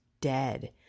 dead